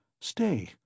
Stay